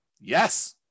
Yes